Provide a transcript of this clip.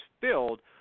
filled